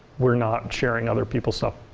we're not sharing other people's stuff,